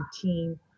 team